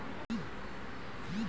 मोलूर ली खरपतवार कटवार मशीन छेक